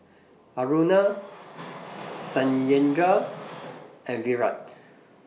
Aruna Satyendra and Virat